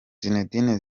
zinedine